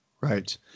Right